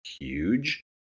huge